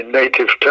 native